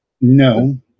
No